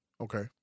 Okay